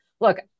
look